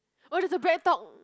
oh there's a BreadTalk